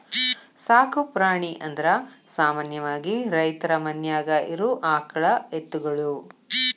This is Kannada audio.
ಸಾಕು ಪ್ರಾಣಿ ಅಂದರ ಸಾಮಾನ್ಯವಾಗಿ ರೈತರ ಮನ್ಯಾಗ ಇರು ಆಕಳ ಎತ್ತುಗಳು